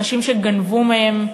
אנשים שגנבו מהם,